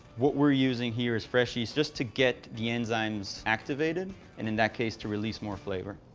what we're using here is fresh yeast just to get the enzymes activated and, in that case, to release more flavor.